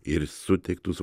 ir suteiktus